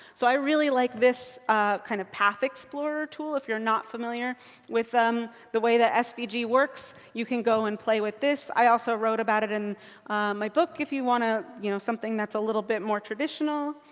so i really like this kind of path explorer tool, if you're not familiar with the way that svg works. you can go and play with this. i also wrote about it in my book. if you want ah you know something that's a little bit more traditional.